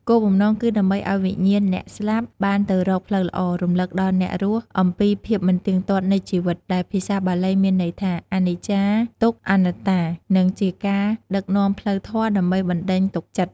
គោលបំណងគឺដើម្បីឲ្យវិញ្ញាណអ្នកស្លាប់បានទៅរកផ្លូវល្អ រំលឹកដល់អ្នករស់អំពីភាពមិនទៀងទាត់នៃជីវិត ដែលភាសាបាលីមានន័យថា អនិច្ចា ទុក្ខ អនត្តា និងជាការដឹកនាំផ្លូវធម៌ដើម្បីបណ្ដេញទុក្ខចិត្ត។